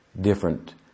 different